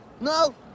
No